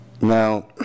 Now